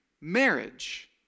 marriage